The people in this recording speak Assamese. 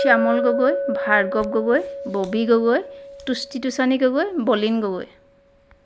শ্যামল গগৈ ভাৰ্গৱ গগৈ ববী গগৈ তুষ্টি তুচানী গগৈ বলীন গগৈ